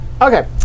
Okay